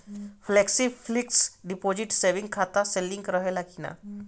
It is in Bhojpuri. फेलेक्सी फिक्स डिपाँजिट सेविंग खाता से लिंक रहले कि ना?